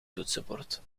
toetsenbord